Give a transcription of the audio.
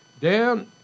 Dan